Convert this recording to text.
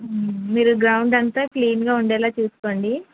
మీరు గ్రౌండ్ అంతా క్లీన్గా ఉండేలా చూసుకోండి